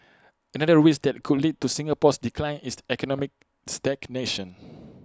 another risk that could lead to Singapore's decline is economic stagnation